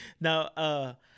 Now